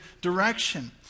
direction